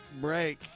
break